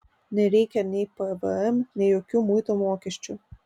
nereikia nei pvm nei jokių muito mokesčių